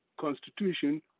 constitution